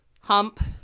hump